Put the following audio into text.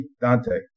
Dante